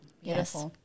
Yes